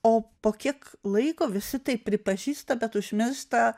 o po kiek laiko visi tai pripažįsta bet užmiršta